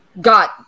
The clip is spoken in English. got